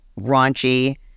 raunchy